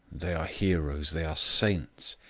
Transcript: they are heroes they are saints.